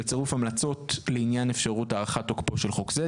בצירוף המלצות לעניין אפשרות הארכת תוקפו חוק זה.